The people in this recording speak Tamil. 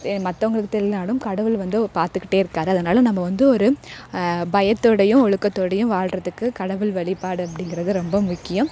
மற்றவங்களுக்கு தெரியலனாலும் கடவுள் வந்து பார்த்துக்கிட்டே இருக்கார் அதனால நம்ம வந்து ஒரு பயத்தோடையும் ஒழுக்கத்தோடையும் வாழ்றதுக்கு கடவுள் வழிபாடு அப்படிங்கிறது ரொம்ப முக்கியம்